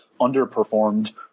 underperformed